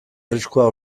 arriskua